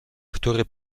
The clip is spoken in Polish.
który